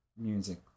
music